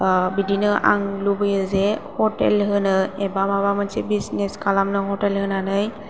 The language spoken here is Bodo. बिदिनो आं लुबैयो जे हटेल होनो एबा माबा मोनसे बिजनेस खालामनो हटेल होनानै